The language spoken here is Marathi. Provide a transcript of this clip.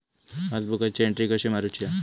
पासबुकाची एन्ट्री कशी मारुची हा?